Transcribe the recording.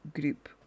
group